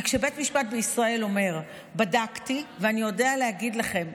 כי כשבית משפט בישראל אומר: בדקתי ואני יודע להגיד לכם,